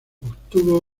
obtuvo